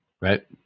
Right